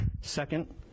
Second